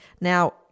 Now